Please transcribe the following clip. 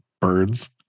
birds